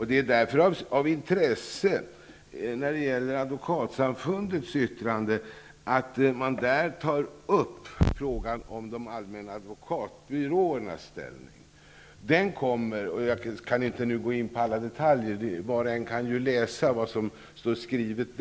Det är därför av intresse att man i Advokatsamfundets yttrande tar upp frågan om de allmänna advokatbyråernas ställning. Jag kan inte nu gå in på alla detaljer. Var och en kan ju läsa vad som där står skrivet.